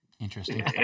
interesting